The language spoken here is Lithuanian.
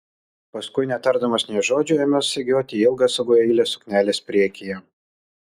paskui netardamas nė žodžio ėmė segioti ilgą sagų eilę suknelės priekyje